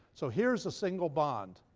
so here's a single bond,